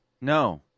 No